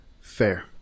Fair